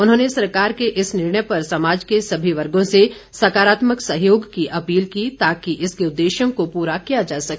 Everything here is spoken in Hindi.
उन्होंने सरकार के इस निर्णय पर समाज के सभी वर्गों से सकारात्मक सहयोग की अपील की ताकि इसके उद्देश्यों को पूरा किया जा सके